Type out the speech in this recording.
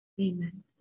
Amen